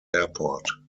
airport